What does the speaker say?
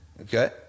okay